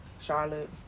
Charlotte